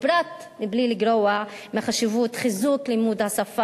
בפרט בלי לגרוע מחשיבות חיזוק לימוד השפה